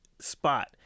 spot